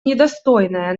недостойное